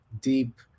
deep